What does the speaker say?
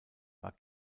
war